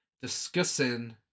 discussing